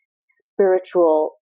spiritual